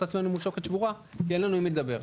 עצמנו מול שוקת שבורה כי אין לנו עם מי לדבר.